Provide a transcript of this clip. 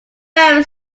very